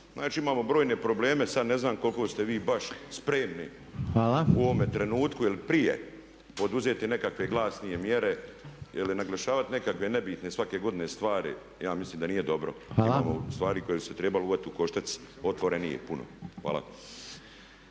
Znači imamo brojne probleme sada ne znam koliko ste vi baš spremni u ovome trenutku ili prije poduzeti nekakve glasnije mjere ili naglašavati nekakve nebitne svake godine stvari, ja mislim da nije dobro. Imamo stvari koje bi se trebale uhvatiti u koštac otvorenije puno. Hvala.